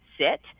sit